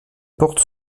porte